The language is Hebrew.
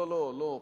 לא, לא.